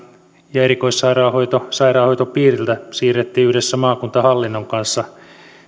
ja erikoissairaanhoito sairaanhoitopiiriltä siirrettiin yhdessä maakuntahallinnon kanssa